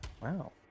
wow